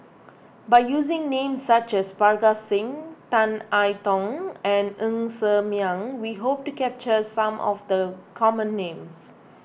by using names such as Parga Singh Tan I Tong and Ng Ser Miang we hope to capture some of the common names